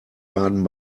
baden